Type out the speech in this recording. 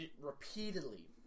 Repeatedly